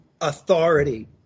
authority